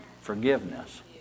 forgiveness